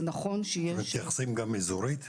זה נכון --- מתייחסים גם אזורית?